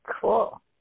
Cool